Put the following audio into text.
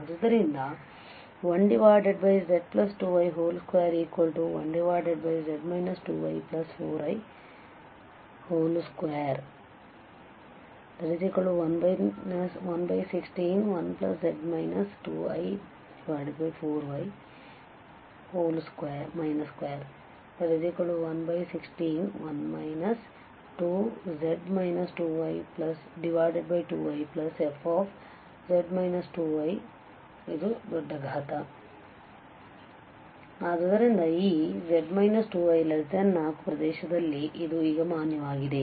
ಆದ್ದರಿಂದ1z2i21z 2i4i21161z 2i4i 21161 z 2i2i f ದೊಡ್ಡ ಘಾತ ಆದ್ದರಿಂದ ಈ z 2i4 ಪ್ರದೇಶದಲ್ಲಿ ಇದು ಈಗ ಮಾನ್ಯವಾಗಿದೆ